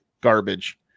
garbage